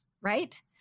right